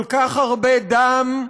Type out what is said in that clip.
כל כך הרבה דם,